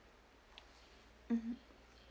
mmhmm